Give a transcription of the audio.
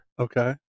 Okay